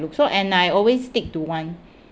look so and I always stick to one